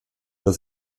das